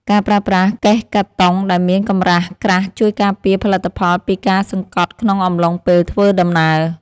ការប្រើប្រាស់កេសកាតុងដែលមានកម្រាស់ក្រាស់ជួយការពារផលិតផលពីការសង្កត់ក្នុងអំឡុងពេលធ្វើដំណើរ។